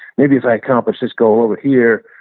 maybe if i accomplish this goal over here,